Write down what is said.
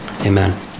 amen